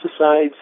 pesticides